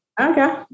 Okay